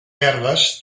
verdes